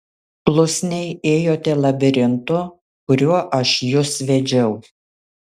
klusniai ėjote labirintu kuriuo aš jus vedžiau